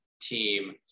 team